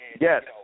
yes